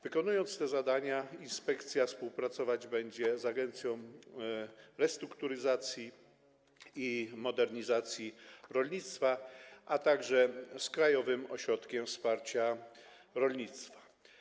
Wykonując te zadania, inspekcja współpracować będzie z Agencją Restrukturyzacji i Modernizacji Rolnictwa, a także z Krajowym Ośrodkiem Wsparcia Rolnictwa.